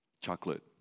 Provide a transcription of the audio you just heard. chocolate